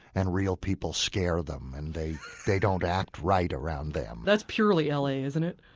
and real people scare them and they they don't act right around them that's purely l a, isn't it?